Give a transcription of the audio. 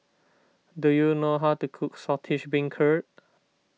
do you know how to cook Saltish Beancurd